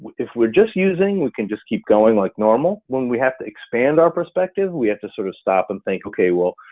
if we're just using we can just keep going like normal. when we have to expand our perspective, we have to sort of stop and think okay, well,